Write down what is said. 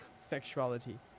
sexuality